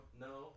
No